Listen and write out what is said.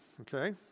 okay